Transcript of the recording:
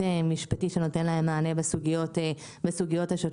משפטי שנותן להם מענה בסוגיות השוטפות.